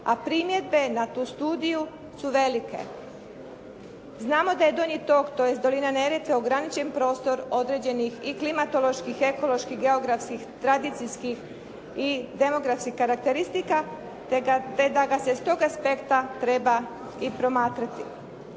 A primjedbe na tu studiju su velike. Znamo da je donji tok, tj. dolina Neretve ograničen prostor određenih i klimatoloških, ekoloških, geografskih, tradicijskih i demografskih karakteristika, te da ga se s tog aspekta treba i promatrati.